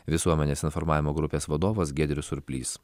visuomenės informavimo grupės vadovas giedrius surplys